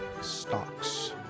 stocks